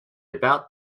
about